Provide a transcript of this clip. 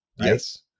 Yes